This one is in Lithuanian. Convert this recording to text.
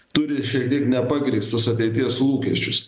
turi šiek tiek nepagrįstus ateities lūkesčius